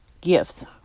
gifts